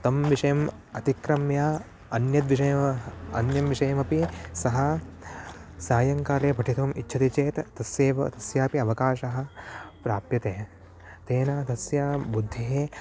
तं विषयम् अतिक्रम्य अन्यद् विषयः अन्यं विषयमपि सः सायङ्काले पठितुम् इच्छति चेत् तस्यैव तस्यापि अवकाशः प्राप्यते तेन तस्य बुद्धिः